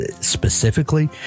specifically